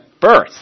birth